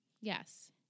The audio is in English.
Yes